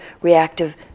reactive